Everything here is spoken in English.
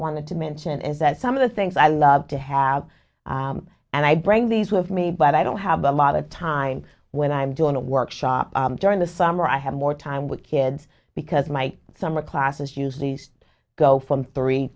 want to mention is that some of the things i love to have and i bring these with me but i don't have a lot of time when i'm doing a workshop during the summer i have more time with kids because my summer classes use these go from three